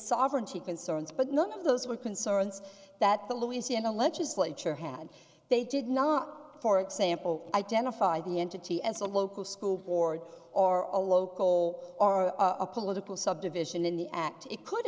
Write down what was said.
sovereignty concerns but none of those were concerns that the louisiana legislature had they did not for example identify the entity as a local school board or a local or a political subdivision in the act it could